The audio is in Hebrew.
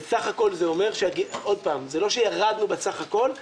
זה לא שירדנו בסך הכול,